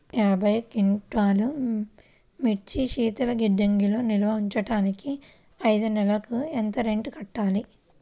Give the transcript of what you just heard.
యాభై క్వింటాల్లు మిర్చి శీతల గిడ్డంగిలో నిల్వ ఉంచటానికి ఐదు నెలలకి ఎంత రెంట్ కట్టాలి?